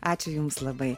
ačiū jums labai